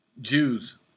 Jews